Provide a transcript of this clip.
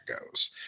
goes